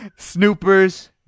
Snoopers